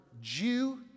Jew